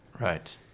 Right